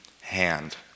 hand